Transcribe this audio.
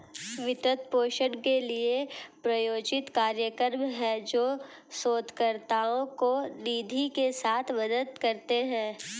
वित्त पोषण के लिए, प्रायोजित कार्यक्रम हैं, जो शोधकर्ताओं को निधि के साथ मदद करते हैं